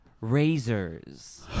Razors